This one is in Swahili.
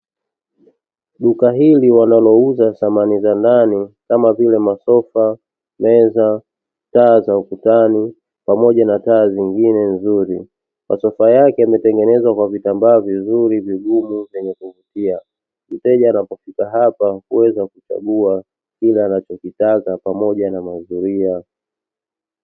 Duka hili wanalouza thamani za ndani kama vile masofa, meza, taa za ukutani pamoja na taa zingine nzuri. Masofa yake yametengenezwa kwa vitambaa vizuri, vigumu vyenye kuvutia, mteja anapofika hapa huweza kuchagua kile anachokitaka pamoja na mazulia.